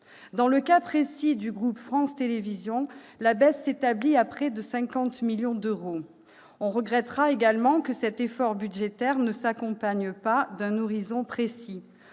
Dans le cas précis du groupe France Télévisions, la baisse s'établit à près de 50 millions d'euros. On regrettera également que cet effort budgétaire ne s'accompagne pas d'un horizon précis.